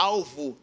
Alvo